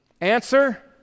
Answer